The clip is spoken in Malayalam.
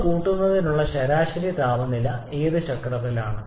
ചൂട് കൂട്ടുന്നതിനുള്ള ശരാശരി ശരാശരി താപനില ഏത് ചക്രത്തിലാണ്